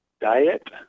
diet